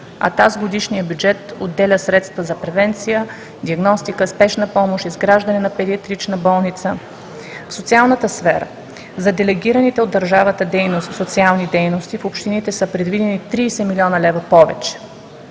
а тазгодишният бюджет отделя средства за превенция, диагностика, спешна помощ, изграждане на педиатрична болница. В социалната сфера. За делегираните от държавата социални дейности в общините са предвидени 30 млн. лв. повече.